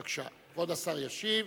בבקשה, כבוד השר ישיב.